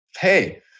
hey